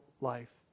life